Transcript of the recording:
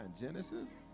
Genesis